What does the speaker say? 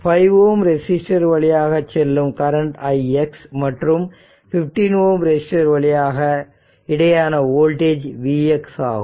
5Ω resistor வழியாக செல்லும் current Ix மற்றும்15Ω ரெசிஸ்டர் இடையேயான வோல்டேஜ் Vx ஆகும்